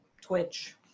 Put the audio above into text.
Twitch